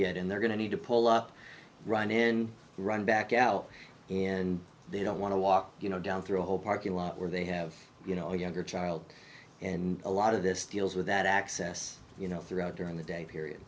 yet and they're going to need to pull up run in run back out and they don't want to walk you know down through a whole parking lot where they have you know younger child and a lot of this deals with that access you know throughout during the day period